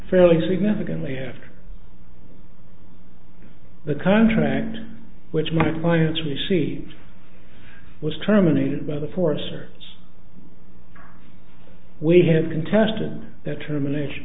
fairly significantly after the contract which my clients we see was terminated by the forest service we had contest and that termination